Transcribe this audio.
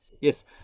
Yes